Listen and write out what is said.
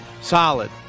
solid